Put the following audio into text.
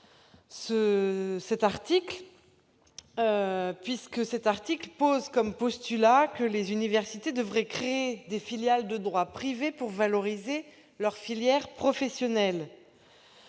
introduit cet article selon lequel les universités devraient créer des filiales de droit privé pour valoriser leurs filières professionnelles.